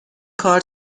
کار